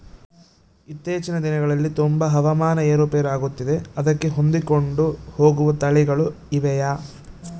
ಇತ್ತೇಚಿನ ದಿನಗಳಲ್ಲಿ ತುಂಬಾ ಹವಾಮಾನ ಏರು ಪೇರು ಆಗುತ್ತಿದೆ ಅದಕ್ಕೆ ಹೊಂದಿಕೊಂಡು ಹೋಗುವ ತಳಿಗಳು ಇವೆಯಾ?